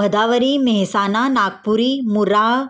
Bhadawari, Mehsana, Nagpuri, Murrah,